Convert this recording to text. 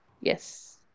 Yes